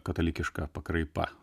katalikiška pakraipa